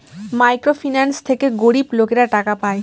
micro finance থেকে গরিব লোকেরা টাকা পায়